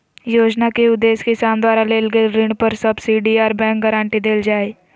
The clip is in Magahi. योजना के उदेश्य किसान द्वारा लेल गेल ऋण पर सब्सिडी आर बैंक गारंटी देल जा हई